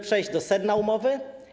Przejdę do sedna umowy.